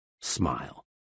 smile